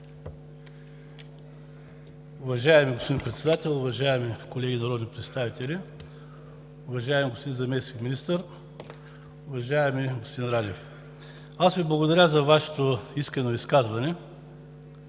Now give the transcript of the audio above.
Уважаеми господин Председател, уважаеми колеги народни представители, уважаеми господин Заместник-министър! Уважаеми господин Радев, аз Ви благодаря за Вашето искрено изказване.